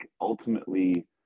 ultimately